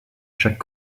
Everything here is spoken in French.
chaque